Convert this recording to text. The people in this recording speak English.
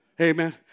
Amen